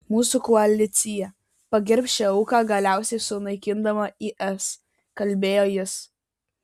mūsų koalicija pagerbs šią auką galiausiai sunaikindama is kalbėjo jis